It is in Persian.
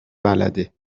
بلده